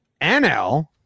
NL